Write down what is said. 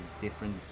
different